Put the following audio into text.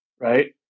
Right